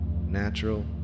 natural